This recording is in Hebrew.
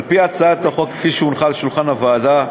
על-פי הצעת החוק כפי שהונחה על שולחן הוועדה,